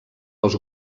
als